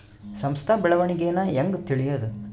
ಸಂಸ್ಥ ಬೆಳವಣಿಗೇನ ಹೆಂಗ್ ತಿಳ್ಯೇದು